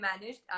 managed